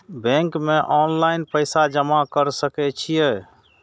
Bank में online पैसा जमा कर सके छीये?